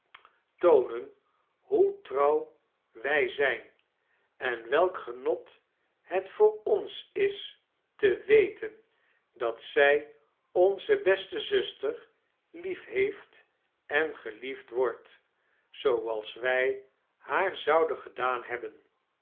toonen hoe trouw wij zijn en welk genet het voor ons is tie weten dat zij onze beste zuster liefheeft en geliefd word zooals wij haar zouden gedaan hebben